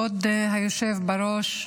כבוד היושב בראש,